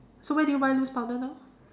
so where do you buy loose powder now